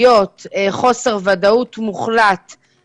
למה ספורטאים מבוגרים כן וספורטאים ילדים לא.